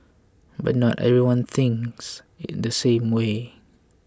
but not everyone thinks in the same way